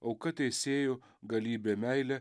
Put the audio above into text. auka teisėju galybė meile